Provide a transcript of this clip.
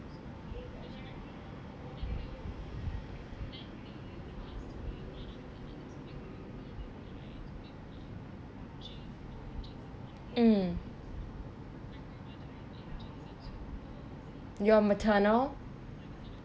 mm your maternal